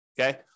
okay